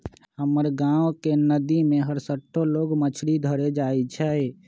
हमर गांव के नद्दी में हरसठ्ठो लोग मछरी धरे जाइ छइ